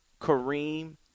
kareem